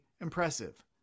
impressive